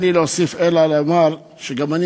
אין לי להוסיף אלא לומר שגם אני,